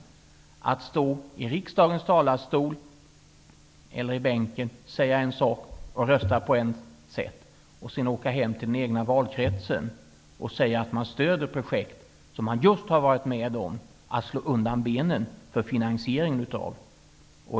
Man kan inte i riksdagens talarstol eller i bänken säga en sak och rösta på ett sätt, och sedan åka hem till den egna valkretsen och säga att man stöder ett projekt som man just har varit med om att slå undan benen för finansieringen av.